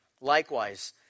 Likewise